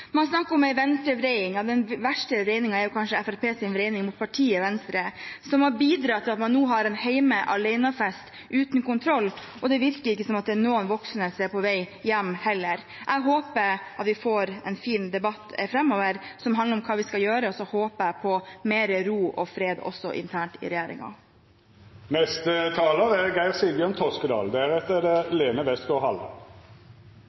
Man snakker om en venstredreining. Ja, den verste dreiningen er jo kanskje Fremskrittspartiets dreining mot partiet Venstre, som har bidratt til at man nå har en hjemme alene-fest uten kontroll, og det virker ikke som om det er noen voksne som er på vei hjem heller. Jeg håper at vi får en fin debatt framover som handler om hva vi skal gjøre, og så håper jeg på mer ro og fred også internt i regjeringen. Det som er